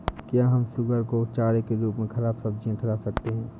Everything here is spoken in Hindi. क्या हम सुअर को चारे के रूप में ख़राब सब्जियां खिला सकते हैं?